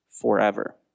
forever